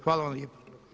Hvala vam lijepo.